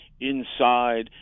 inside